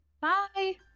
Bye